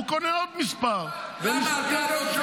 הוא קונה עוד מספר -- למה אתה לא צריך לקנות עוד טלפון והוא כן?